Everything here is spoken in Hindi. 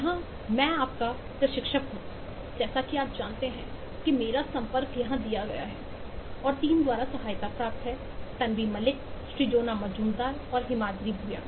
यहाँ आप प्रशिक्षक हूं जैसा कि आप जानते हैं कि मेरा संपर्क यहाँ दिया गया है और 3 द्वारा सहायता प्राप्त है तन्वी मल्लिक श्रीजोनी मजूमदार और हिमाद्री भुयान